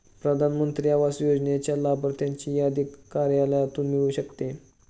प्रधान मंत्री आवास योजनेच्या लाभार्थ्यांची यादी कार्यालयातून मिळू शकते